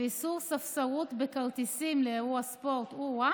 ואיסור ספסרות בכרטיסים לאירוע ספורט, או-אה.